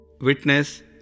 Witness